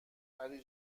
پری